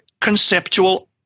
conceptual